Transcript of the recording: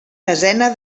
desena